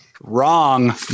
Wrong